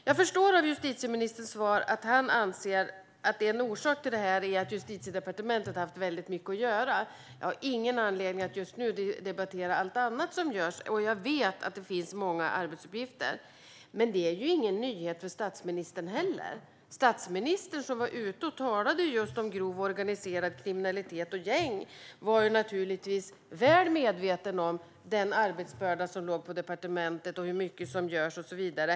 Jag förstår av justitieministerns svar att han anser att en orsak är att Justitiedepartementet har haft mycket att göra. Jag har ingen anledning att just nu debattera allt annat som görs. Jag vet att det finns många arbetsuppgifter, men det är ju ingen nyhet för statsministern heller. Statsministern, som var ute och talade om grov organiserad kriminalitet och gäng, var naturligtvis väl medveten om den arbetsbörda som ligger på departementet, hur mycket som görs och så vidare.